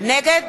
נגד